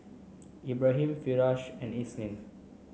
Ibrahim Firash and Isnin